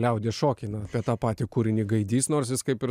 liaudies šokiai na apie tą patį kūrinį gaidys nors jis kaip ir